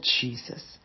Jesus